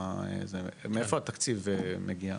מאיפה התקציב מגיע?